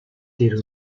дээр